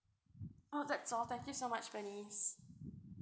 oh that's all thank you so much bernice